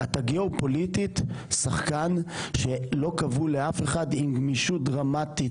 אתה גיאופוליטית שחקן שלא כבול לאף אחד עם גמישות דרמטית